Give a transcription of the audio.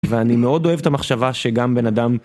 ואני מאוד אוהב את המחשבה שגם בן אדם...